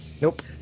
nope